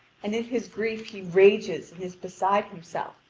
and in his grief he rages and is beside himself.